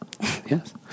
Yes